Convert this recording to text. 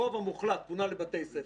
הרוב המוחלט פונה לבתי ספר.